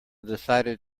decided